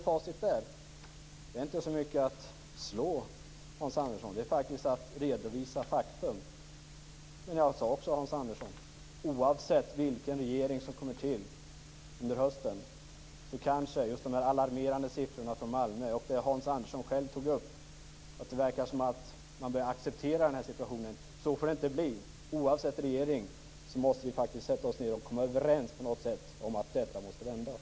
Det handlar inte så mycket om att slå, Hans Andersson, det handlar om att redovisa fakta. Men jag nämnde också de alarmerande siffrorna från Malmö och det som Hans Andersson själv tog upp, att det verkar som att vi börjar acceptera den här situationen. Så får det inte bli. Oavsett vilken regering som kommer till under hösten måste vi sätta oss ned och komma överens om att detta måste vändas.